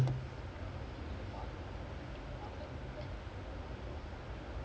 ya but usually the மாத்திடுவாங்க:maathiduvaanga I mean unless the guys is a reliable guy